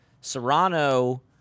Serrano